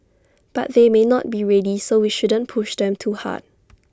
but they may not be ready so we shouldn't push them too hard